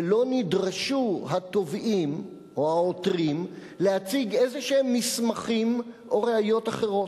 ולא נדרשו התובעים או העותרים להציג מסמכים כלשהם או ראיות אחרות.